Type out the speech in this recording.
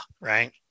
right